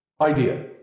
idea